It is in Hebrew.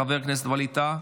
חבר הכנסת ווליד טאהא,